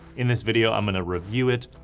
in this video i'm gonna review it,